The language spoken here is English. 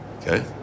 Okay